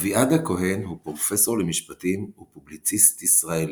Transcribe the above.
אביעד הכהן הוא פרופסור למשפטים ופובליציסט ישראלי.